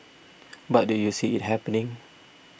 but do you see it happening